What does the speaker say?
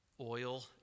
oil